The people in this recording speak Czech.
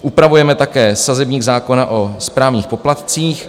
Upravujeme také sazebník zákona o správních poplatcích.